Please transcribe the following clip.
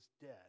dead